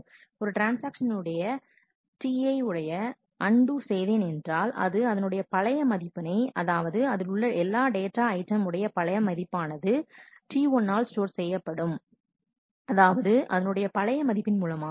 நான் ஒரு transaction Ti யை அண்டு செய்தேன் என்றால் அது அதனுடைய பழைய மதிப்பினை அதாவது அதில் உள்ள எல்லா டேட்டா ஐட்டம் உடைய பழைய மதிப்பானது Ti ஆல் ஸ்டோர் செய்யப்படும் அதனுடைய பழைய மதிப்பின் மூலமாக